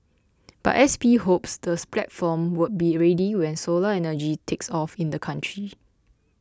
but S P hopes the platform would be ready when solar energy takes off in the country